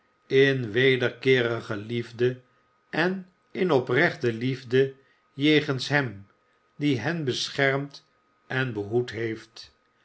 in wederkeerige liefde en in oprechte liefde jegens hem die hen beschermd en behoed heeft